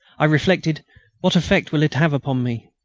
i reflected what effect will it have upon me?